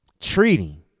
treating